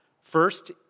First